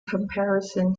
comparison